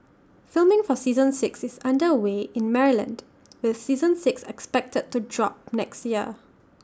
filming for season six is under way in Maryland with season six expected to drop next year